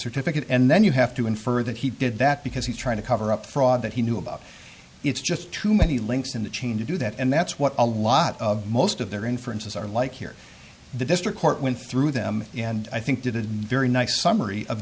certificate and then you have to infer that he did that because he's trying to cover up fraud that he knew about it's just too many links in the chain to do that and that's what a lot of most of their inferences are like here the district court went through them and i think did a very nice summary of